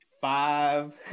five